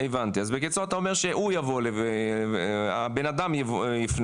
הבנתי, בקיצור אתה אומר שהוא יבוא, הבנאדם יפנה.